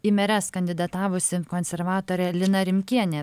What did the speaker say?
į meres kandidatavusi konservatorė lina rimkienė